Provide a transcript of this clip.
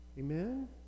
Amen